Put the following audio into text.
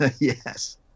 Yes